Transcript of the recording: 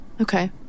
Okay